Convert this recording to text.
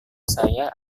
saya